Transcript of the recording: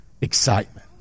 excitement